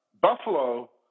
Buffalo